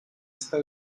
esta